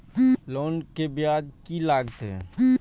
Loan के ब्याज की लागते?